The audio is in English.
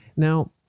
Now